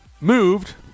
moved